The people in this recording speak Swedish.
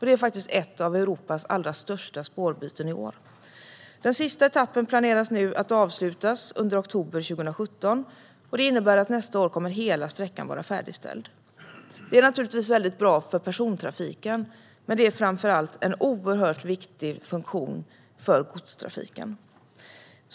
Det är ett av Europas allra största spårbyten i år. Den sista etappen planeras att avslutas under oktober 2017, och det innebär att hela sträckan kommer att vara färdigställd nästa år. Det är naturligtvis bra för persontrafiken, men det är framför allt en oerhört viktig funktion för godstrafiken.